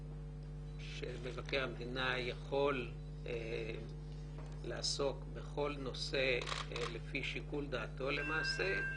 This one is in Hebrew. שמבקר המדינה יכול לעסוק בכל נושא לפי שיקול דעתו למעשה,